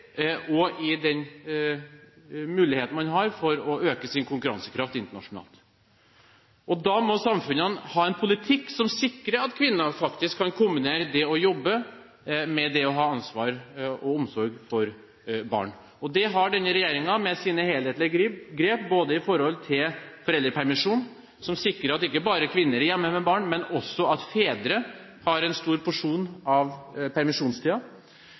det gjelder den muligheten man har for å øke sin konkurransekraft internasjonalt. Da må samfunnene ha en politikk som sikrer at kvinner faktisk kan kombinere det å jobbe med det å ha ansvar og omsorg for barn. Det har denne regjeringen med sine helhetlige grep greid både når det gjelder foreldrepermisjon, som sikrer at ikke bare kvinner er hjemme med barn, men også at fedre har en stor porsjon av